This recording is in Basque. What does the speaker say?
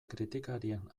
kritikarien